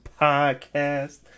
podcast